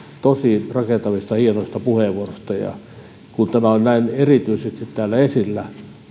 tosi rakentavista hienoista puheenvuoroista kun tämä on näin erityisesti täällä esillä